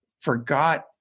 forgot